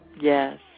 Yes